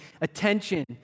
attention